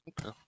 Okay